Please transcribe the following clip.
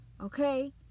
Okay